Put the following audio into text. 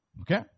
Okay